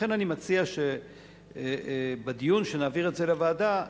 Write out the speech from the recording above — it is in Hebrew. לכן אני מציע שבדיון שנעביר לוועדה,